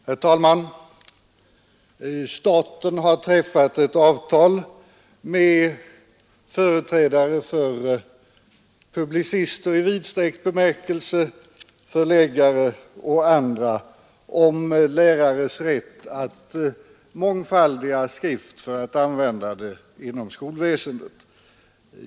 Herr talman! Staten har träffat ett avtal med företrädare för publicister i vidsträckt bemärkelse, förläggare och andra om lärares rätt att mångfaldiga skrift o.d. för att användas inom skolväsendet.